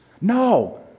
No